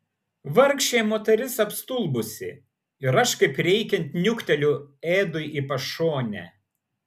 vargšė moteris apstulbusi ir aš kaip reikiant niukteliu edui į pašonę